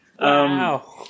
Wow